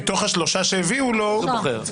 כן.